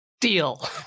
Deal